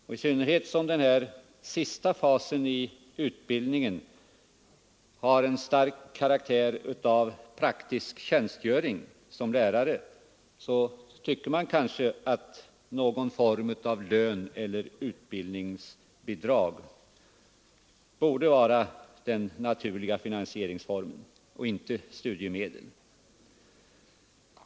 Och i synnerhet som den sista fasen i utbildningen har en stark karaktär av praktisk tjänstgöring som lärare tycker man kanske att någon form av lön eller utbildningsbidrag borde vara den naturliga finansieringsformen och inte studiemedel.